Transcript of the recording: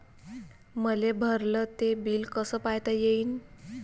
मले भरल ते बिल कस पायता येईन?